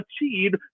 achieved